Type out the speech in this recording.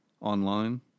online